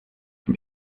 from